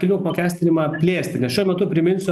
kelių apmokestinimą plėsti nes šiuo metu priminsiu